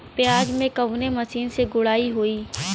प्याज में कवने मशीन से गुड़ाई होई?